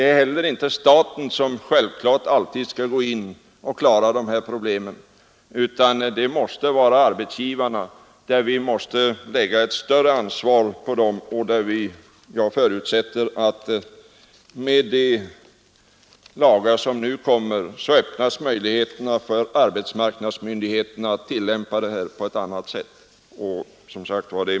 Det är inte heller självklart att staten skall gå in och lösa problemen, utan vi måste, som jag sade, lägga ett större ansvar på arbetsgivarna. Jag förutsätter att de lagar som nu kommer skall öppna nya möjligheter för arbetsmarknadsmyndigheterna på den punkten.